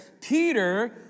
Peter